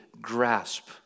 grasp